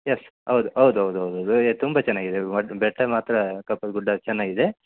S ಹೌದ್ ಹೌದ್ ಹೌದ್ ಹೌದ್ ಹೌದು ಏ ತುಂಬ ಚೆನ್ನಾಗಿದೆ ಅದು ಬೆಟ್ಟ ಮಾತ್ರ ಕಪ್ಪತ ಗುಡ್ಡ ಚೆನ್ನಾಗಿದೆ